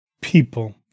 people